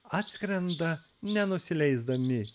atskrenda nenusileisdami